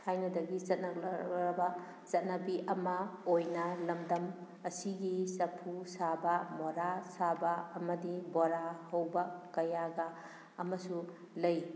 ꯊꯥꯏꯅꯗꯒꯤ ꯆꯠꯅꯔꯛꯂꯕ ꯆꯠꯅꯕꯤ ꯑꯃ ꯑꯣꯏꯅ ꯂꯝꯗꯝ ꯑꯁꯤꯒꯤ ꯆꯐꯨ ꯁꯥꯕ ꯃꯣꯔꯥ ꯁꯥꯕ ꯑꯃꯗꯤ ꯕꯣꯔꯥ ꯍꯧꯕ ꯀꯌꯥꯒ ꯑꯃꯁꯨ ꯂꯩ